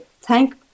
thank